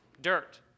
dirt